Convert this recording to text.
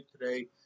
today